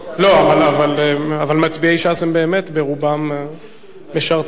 אבל מצביעי ש"ס באמת רובם משרתים בצבא,